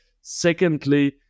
Secondly